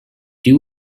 doo